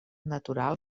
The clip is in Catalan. natural